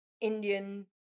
Indian